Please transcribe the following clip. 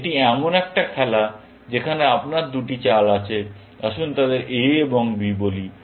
এটি এমন একটা খেলা যেখানে আপনার দুটি চাল আছে আসুন তাদের a এবং b বলি